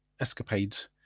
escapades